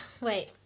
Wait